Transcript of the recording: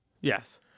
Yes